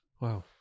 Wow